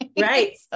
Right